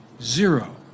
Zero